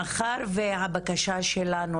הבקשה שלנו